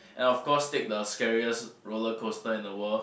and of course take the scariest rollercoaster in the world